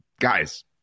Guys